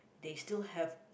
they still have